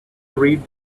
read